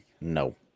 no